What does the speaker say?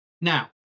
Now